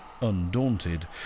Undaunted